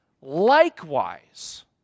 likewise